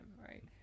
right